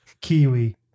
Kiwi